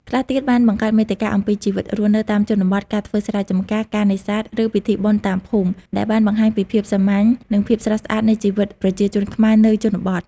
ខ្លះទៀតបានបង្កើតមាតិកាអំពីជីវិតរស់នៅតាមជនបទ ការធ្វើស្រែចំការ ការនេសាទ ឬពិធីបុណ្យតាមភូមិ ដែលបានបង្ហាញពីភាពសាមញ្ញ និងភាពស្រស់ស្អាតនៃជីវិតប្រជាជនខ្មែរនៅជនបទ។